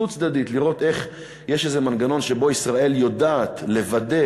לראות איך יש איזה מנגנון שבו ישראל יודעת לוודא